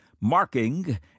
marking